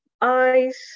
eyes